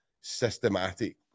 systematic